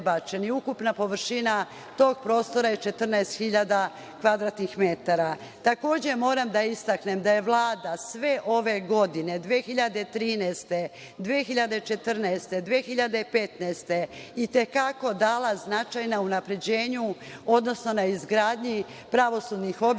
Ukupna površina tog prostora je 14.000 m2.Takođe, moram da istaknem da je Vlada sve ove godine 2013, 2014, 2015 godine, itekako, dala značaj na unapređenju, odnosno na izgradnji pravosudnih objekata